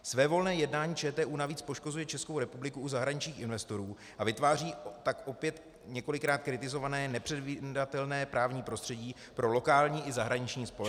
Svévolné jednání ČTÚ navíc poškozuje Českou republiku u zahraničních investorů, a vytváří tak opět několikrát kritizované nepředvídatelné právní prostředí pro lokální i zahraniční společnosti.